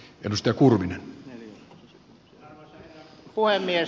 arvoisa herra puhemies